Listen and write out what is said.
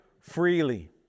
freely